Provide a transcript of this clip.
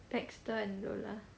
baxter and lola